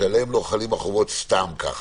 שעליהם לא חלים החובות סתם ככה.